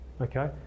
okay